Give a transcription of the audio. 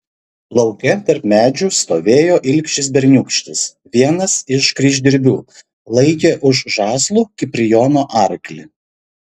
lauke tarp medžių stovėjo ilgšis berniūkštis vienas iš kryždirbių laikė už žąslų kiprijono arklį